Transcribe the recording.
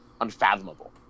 unfathomable